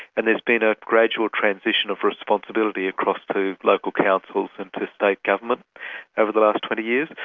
and there's been a gradual transition of responsibility across to local councils and to state government over the last twenty years.